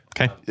Okay